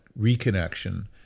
reconnection